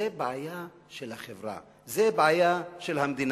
זאת בעיה של החברה, זאת בעיה של המדינה.